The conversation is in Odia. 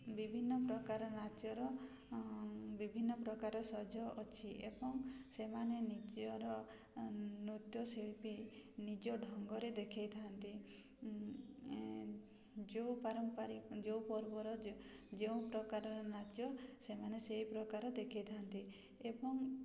ବିଭିନ୍ନ ପ୍ରକାର ନାଚର ବିଭିନ୍ନ ପ୍ରକାର ସଜ ଅଛି ଏବଂ ସେମାନେ ନିଜର ନୃତ୍ୟ ଶିଳ୍ପୀ ନିଜ ଢ଼ଙ୍ଗରେ ଦେଖାଇଥାନ୍ତି ଯେଉଁ ପର୍ବର ଯେଉଁ ପ୍ରକାରର ନାଚ ସେମାନେ ସେଇ ପ୍ରକାର ଦେଖାଇଥାନ୍ତି ଏବଂ